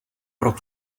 pro